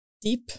deep